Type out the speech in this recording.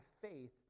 faith